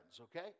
okay